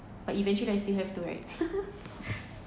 but eventually I still have to right